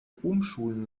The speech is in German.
umschulen